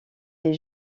des